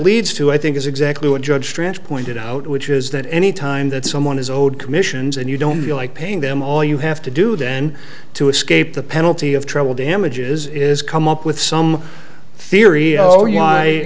leads to i think is exactly what judge stretch pointed out which is that any time that someone is owed commissions and you don't feel like paying them all you have to do then to escape the penalty of travel damages is come up with some theory oh